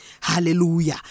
Hallelujah